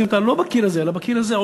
לשים אותה לא בקיר הזה אלא בקיר הזה,